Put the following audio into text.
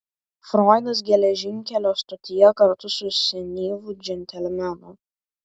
froidas geležinkelio stotyje kartu su senyvu džentelmenu